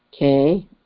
Okay